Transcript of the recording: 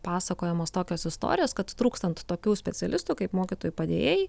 pasakojamos tokios istorijos kad trūkstant tokių specialistų kaip mokytojų padėjėjai